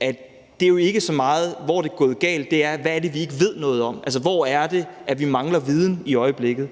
er jo ikke så meget, hvor det er gået galt. Det er: Hvad er det, vi ikke ved noget om? Altså, hvor er det, vi mangler viden i øjeblikket?